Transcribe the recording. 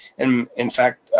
and in fact,